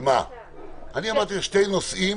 אמרתי לך שני נושאים